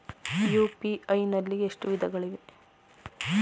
UPI ನಲ್ಲಿ ಎಷ್ಟು ವಿಧಗಳಿವೆ?